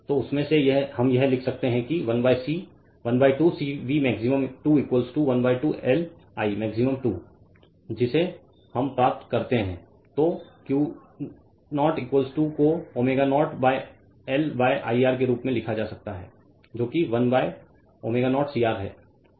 तो उसमें से हम यह लिख सकते हैं कि 12 CV मैक्सिमम 2 12 LI मैक्सिमम 2 जिसे हम प्राप्त करते हैं तो Q0 को ω0L IR के रूप में लिखा जा सकता है जो कि वन ω0 CR है